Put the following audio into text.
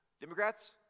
Democrats